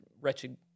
wretched